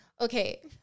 Okay